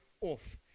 off